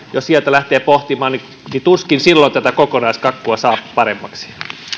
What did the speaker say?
sieltä lähtee pohtimaan niin tuskin silloin tätä kokonaiskakkua saa paremmaksi